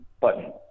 button